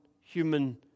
human